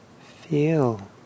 Feel